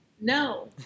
no